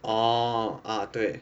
orh ah 对